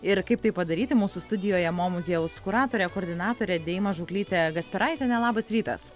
ir kaip tai padaryti mūsų studijoje mo muziejaus kuratorė koordinatorė deima žuklytė kasperaitienė labas rytas